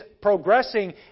progressing